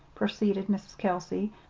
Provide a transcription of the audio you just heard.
proceeded mrs. kelsey,